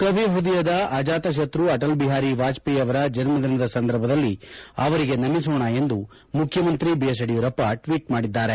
ಕವಿ ಹ್ವದಯದ ಅಜಾತಶತ್ರು ಅಟಲ್ ಬಿಹಾರಿ ವಾಜಪೇಯಿ ಅವರ ಜನ್ಮ ದಿನದ ಸಂದರ್ಭದಲ್ಲಿ ಅವರಿಗೆ ನಮಿಸೋಣ ಎಂದು ಮುಖ್ಯಮಂತ್ರಿ ಬಿಎಸ್ ಯದಿಯೂರಪ್ಪ ಟ್ಷೀಟ್ ಮಾಡಿದ್ದಾರೆ